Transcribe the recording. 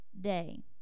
day